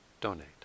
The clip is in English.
donate